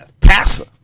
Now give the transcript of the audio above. passer